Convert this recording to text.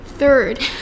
Third